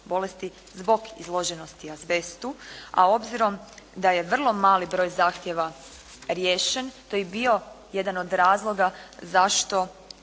bolesti zbog izloženosti azbestu, a obzirom da je vrlo mali broj zahtjeva riješe to je i bio jedan od razloga zašto